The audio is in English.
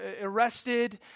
arrested